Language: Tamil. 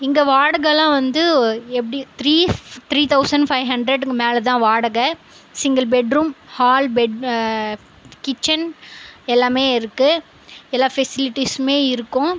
இங்கே வாடகைலாம் வந்து எப்படி த்ரீ த்ரீ தௌசண் ஃபைவ் ஹண்ட்ரடுக்கு மேல் தான் வாடகை single bedroom hall bed kitchen எல்லாமே இருக்குது எல்லா ஃபெசிலிட்டிஸுமே இருக்கும்